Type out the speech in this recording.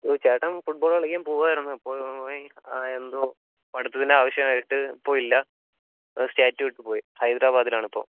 ഓ ചേട്ടൻ ഫുട്ബോള് കളിക്കാൻ പോവുമായിരുന്നു ഇപ്പോൾ എന്തോ പഠിത്തത്തിൻ്റെ ആവശ്യമായിട്ട് ഇപ്പോൾ ഇല്ല സ്റ്റേറ്റ് വിട്ടുപോയി ഹൈദരാബാദിലാണ് ഇപ്പോൾ